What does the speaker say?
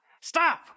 Stop